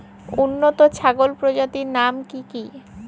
উন্নত ছাগল প্রজাতির নাম কি কি?